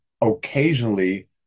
occasionally